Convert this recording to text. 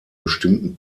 bestimmten